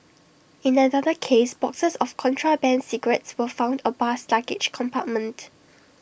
in another case boxes of contraband cigarettes were found A bus's luggage compartment